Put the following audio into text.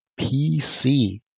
PC